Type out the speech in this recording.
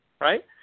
right